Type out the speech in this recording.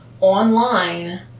online